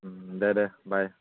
দে দে বাই